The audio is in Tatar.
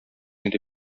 иде